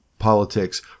Politics